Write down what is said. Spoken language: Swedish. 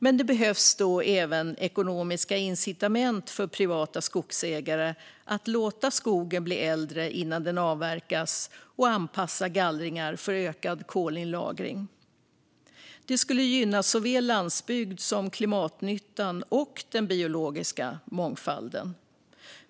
Men då behövs det även ekonomiska incitament för privata skogsägare att låta skogen bli äldre innan den avverkas och att anpassa gallringar för ökad kolinlagring. Det skulle gynna såväl landsbygden som klimatnyttan och den biologiska mångfalden.